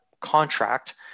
contract